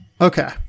Okay